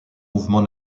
mouvement